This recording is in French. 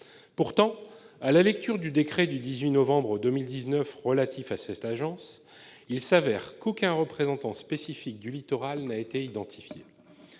Pourtant, à la lecture du décret du 18 novembre 2019 relatif à cette agence, il s'avère qu'aucun représentant spécifique du littoral n'a été identifié.